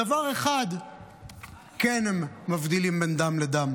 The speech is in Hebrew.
בדבר אחד הם כן מבדילים בין דם לדם: